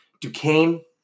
Duquesne